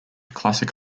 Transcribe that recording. classic